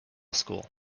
school